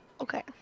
Okay